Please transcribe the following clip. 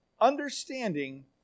understanding